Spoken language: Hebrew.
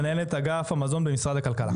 מנהלת אגף המזון במשרד הכלכלה,